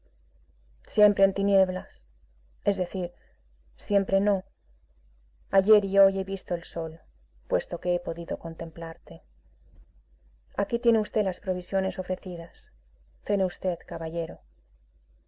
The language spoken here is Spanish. siempre en tinieblas es decir siempre no ayer y hoy he visto el sol puesto que he podido contemplarte aquí tiene v las provisiones ofrecidas cene v caballero